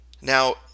Now